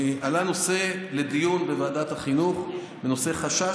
עלה נושא לדיון בוועדת החינוך: חשש